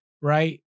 right